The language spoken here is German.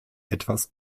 etwas